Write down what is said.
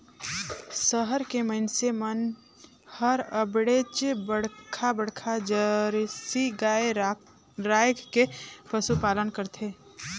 सहर के मइनसे मन हर अबड़ेच बड़खा बड़खा जरसी गाय रायख के पसुपालन करथे